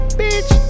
bitch